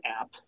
app